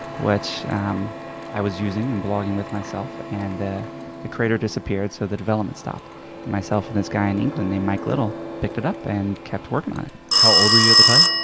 which um i was using and blogging with myself. and the the creator disappeared so the development stopped. and myself and this guy in england named mike little picked it up and kept working on it. how old were you at the time?